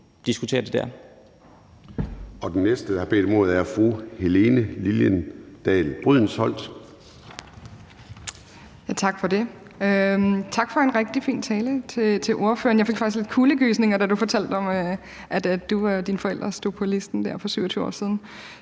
diskutere det der.